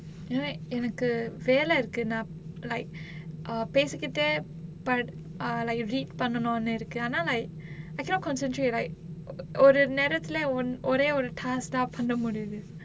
you know like எனக்கு வேல இருக்கு நா:enakku vela irukku naa like uh பேசிக்கிட்டே பல்~:pesikkittae pal~ like read பண்ணணுனு இருக்கு ஆனா:pannanunu irukku aanaa like I cannot concentrate like ஒரு நேரத்துல ஒரே ஒரு:oru nerathula orae oru task தான் பண்ண முடியுது:thaan panna mudiyuthu